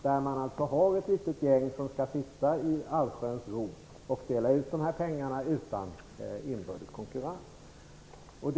Det är ett litet gäng som skall sitta i allsköns ro och dela ut pengarna utan inbördes konkurrens.